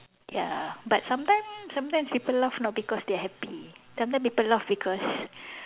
ya but sometimes sometimes people laugh not because they are happy sometimes people laugh because